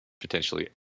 potentially